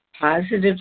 positive